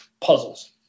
puzzles